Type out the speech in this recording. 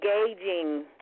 engaging